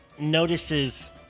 notices